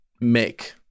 make